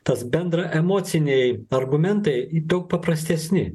tas bendra emociniai argumentai daug paprastesni